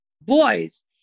boys